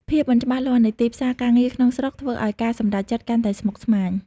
ភាពមិនច្បាស់លាស់នៃទីផ្សារការងារក្នុងស្រុក ធ្វើឱ្យការសម្រេចចិត្តកាន់តែស្មុគស្មាញ។